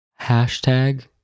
Hashtag